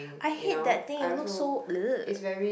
I hate that thing it looks so